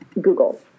Google